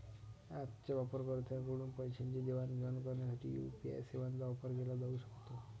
ऍपच्या वापरकर्त्यांकडून पैशांची देवाणघेवाण करण्यासाठी यू.पी.आय सेवांचा वापर केला जाऊ शकतो